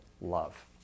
love